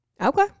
Okay